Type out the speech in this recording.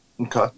Okay